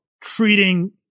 treating